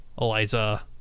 Eliza